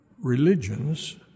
religions